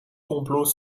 complots